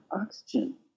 oxygen